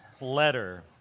letter